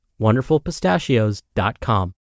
WonderfulPistachios.com